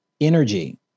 energy